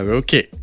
okay